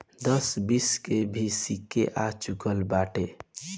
दस बीस के भी सिक्का आ चूकल बाटे